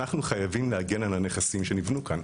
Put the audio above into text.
אנחנו חייבים להגן על הנכסים שניבנו כאן.